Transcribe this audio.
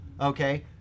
Okay